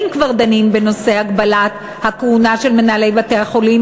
אם כבר דנים בנושא הגבלת הכהונה של מנהלי בתי-החולים,